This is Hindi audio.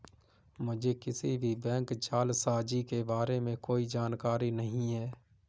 मुझें किसी भी बैंक जालसाजी के बारें में कोई जानकारी नहीं है